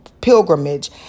pilgrimage